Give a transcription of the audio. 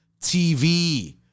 TV